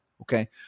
Okay